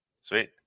sweet